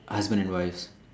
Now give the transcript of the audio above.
are husband and wives